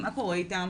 מה קורה איתם?